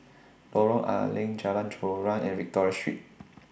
Lorong A Leng Jalan Joran and Victoria Street